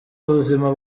ubuzima